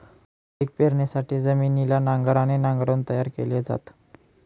पिक पेरणीसाठी जमिनीला नांगराने नांगरून तयार केल जात